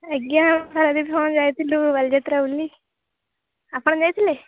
ଆଜ୍ଞା ଆମେ ସମସ୍ତେ ଯାଇଥିଲୁ ବାଲି ଯାତ୍ରା ବୁଲି ଆପଣ ଯାଇଥିଲେ